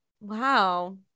Wow